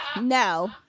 No